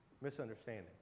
misunderstanding